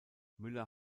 müller